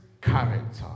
character